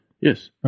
Yes